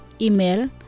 Email